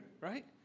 right